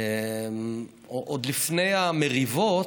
עוד לפני המריבות,